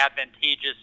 advantageous